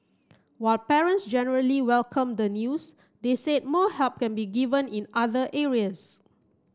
while parents generally welcomed the news they said more help can be given in other areas